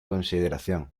consideración